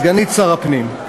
סגנית שר הפנים.